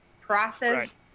process